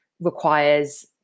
requires